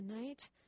tonight